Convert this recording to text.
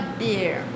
beer